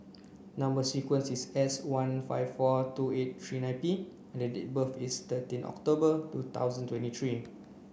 number sequence is S one five four two eight three nine P and date of birth is thirteen October two thousand twenty three